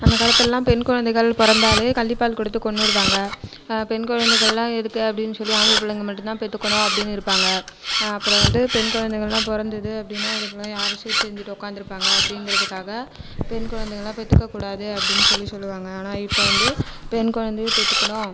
அந்த காலத்துலெலாம் பெண் குழந்தைகள் பிறந்தாலே கள்ளிப்பால் கொடுத்து கொன்றுடுவாங்க பெண் குழந்தைகள்லாம் எதுக்கு அப்படின்னு சொல்லி ஆம்பளப் பிள்ளைங்க மட்டுந்தான் பெற்றுக்கணும் அப்படின்னு இருப்பாங்க அப்புறம் வந்து பெண் குழந்தைகளளெலாம் பிறந்துது அப்படின்னா இதுக்கெல்லாம் யார் சீர் செஞ்சுட்டு உட்காந்துருப்பாங்க அப்படிங்கிறதுக்காக பெண் குழந்தைகள்லாம் பெற்றுக்கக் கூடாது அப்படின்னு சொல்லி சொல்லுவாங்க ஆனால் இப்போ வந்து பெண் குழந்தையை பெற்றுக்கணும்